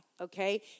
okay